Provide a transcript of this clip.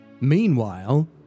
Meanwhile